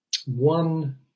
One